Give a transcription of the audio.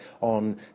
on